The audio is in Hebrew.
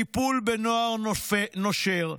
טיפול בנוער נושר,